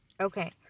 okay